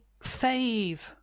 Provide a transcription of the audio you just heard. fave